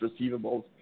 receivables